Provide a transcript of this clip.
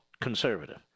conservative